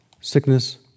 sickness